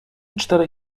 czterej